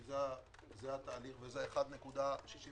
כי זה התהליך וזה ה-1.75